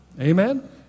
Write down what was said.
Amen